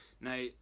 Now